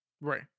Right